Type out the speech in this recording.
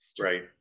Right